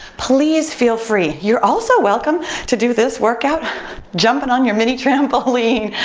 please feel free. you're also welcome to do this workout jumping on your mini trampoline.